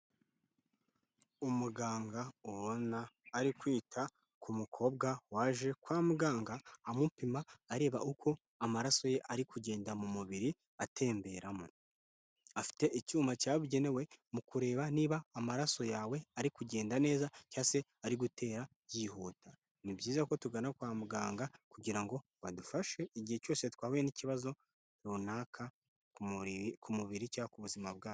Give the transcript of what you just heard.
Umuganga ubona ari kwita ku mukobwa waje kwa muganga amupima, areba uko amaraso ye ari kugenda mu mubiri atemberamo. Afite icyuma cyabugenewe mu kureba niba amaraso yawe ari kugenda neza, cyangwa se ari gutera byihuta. Ni byiza ko tugana kwa muganga kugirango ngo badufashe igihe cyose twahuye n'ikibazo runaka ku mubiri cyangwa Kubuzima bwacu.